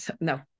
no